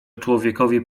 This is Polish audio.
człowiekowi